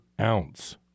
ounce